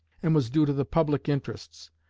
and was due to the public interests,